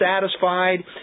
satisfied